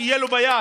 שיהיה לו ביד,